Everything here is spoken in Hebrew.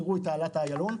ותראו את תעלת איילון,